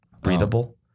Breathable